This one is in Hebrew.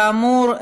כאמור,